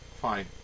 Fine